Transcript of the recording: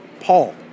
Paul